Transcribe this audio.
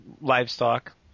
livestock